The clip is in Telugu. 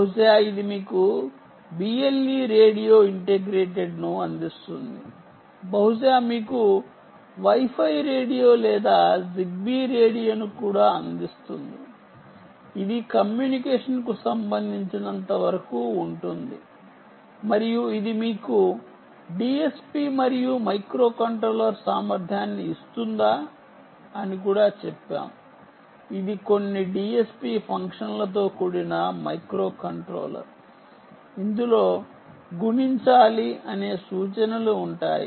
బహుశా ఇది మీకు BLE రేడియో ఇంటిగ్రేటెడ్ను అందిస్తుంది బహుశా మీకు వైఫై రేడియో లేదా జిగ్బీ రేడియోను కూడా అందిస్తుంది ఇది కమ్యూనికేషన్కు సంబంధించినంతవరకు ఉంటుంది మరియు ఇది మీకు DSP మరియు మైక్రోకంట్రోలర్ సామర్థ్యాన్ని ఇస్తుందా అని కూడా చెప్పాము ఇది కొన్ని DSP ఫంక్షన్లతో కూడిన మైక్రోకంట్రోలర్ ఇందులో గుణించాలి అనే సూచనలు ఉంటాయి